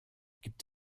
gibt